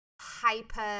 hyper